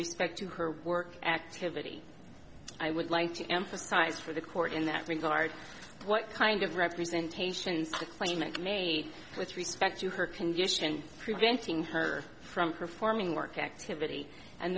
respect to her work activity i would like to emphasize for the court in that regard what kind of representation is to claim it made with respect to her condition preventing her from performing work activity and